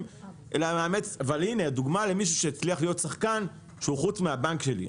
אבל דוגמה למישהו שהצליח להיות שחקן שהוא חוץ מהבנק שלי,